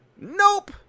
Nope